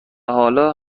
حالا